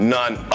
None